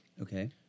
Okay